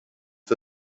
the